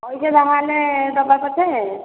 ପଇସା ସମାନେ ଦେବା ପଛେ